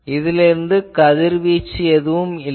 இதிலிருந்து கதிர்வீச்சு எதுவும் இல்லை